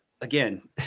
again